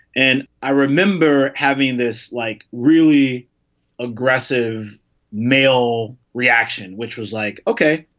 and i remember having this, like, really aggressive male reaction, which was like, ok,